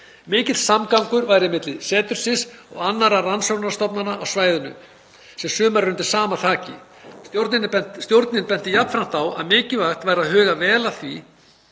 Mikill samgangur væri milli setursins og annarra rannsóknarstofnana á svæðinu, sem sumar eru undir sama þaki. Stjórnin benti jafnframt á að mikilvægt væri að huga vel að því